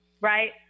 right